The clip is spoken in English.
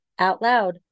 OUTLOUD